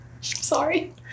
Sorry